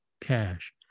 cash